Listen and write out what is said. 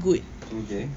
okay